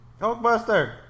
Hulkbuster